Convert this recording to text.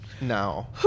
now